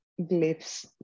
glyphs